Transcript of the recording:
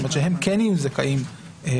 זאת אומרת שהם כן יהיו זכאים ל-200%,